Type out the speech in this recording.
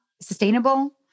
sustainable